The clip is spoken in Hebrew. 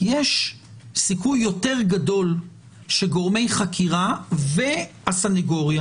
יש סיכוי יותר גדול שגורמי חקירה והסנגוריה